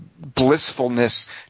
blissfulness